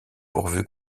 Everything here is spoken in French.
pourvu